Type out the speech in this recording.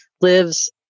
lives